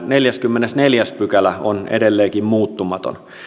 neljäskymmenesneljäs pykälä on edelleenkin muuttumaton